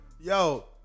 yo